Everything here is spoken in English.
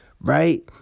right